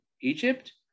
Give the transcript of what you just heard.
Egypt